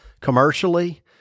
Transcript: commercially